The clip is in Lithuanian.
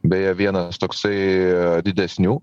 beje vienas toksai didesnių